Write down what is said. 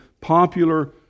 popular